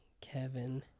kevin